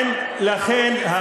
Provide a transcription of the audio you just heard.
תן לי להגיד לך.